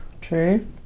true